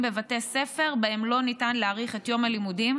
בבתי ספר שבהם לא ניתן להאריך את יום הלימודים.